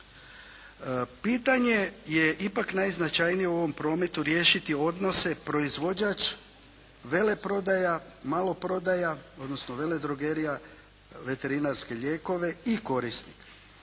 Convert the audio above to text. Pitanje je ipak najznačajnije u ovom prometu riješiti odnose proizvođač, veleprodaja, maloprodaja odnosno veledrogerija, veterinarske lijekove i korisnik.